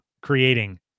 creating